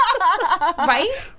Right